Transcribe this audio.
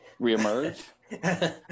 reemerge